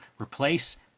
replace